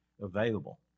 available